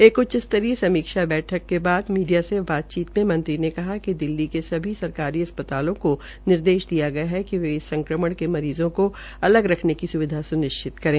एक उच्च स्तरीय समीक्षा बैठक के बाद मीडिया से बातचीत में मंत्री ने दिल्ली के सभी सरकारी अस्पतालोंको निर्देश दिया गया है कि वे इस संक्रमण के मरीज़ों को अलग रखने की सुविधा स्निश्चित करें